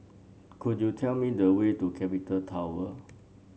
could you tell me the way to Capital Tower